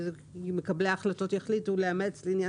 ומקבלי ההחלטות יחליטו לאמץ לעניין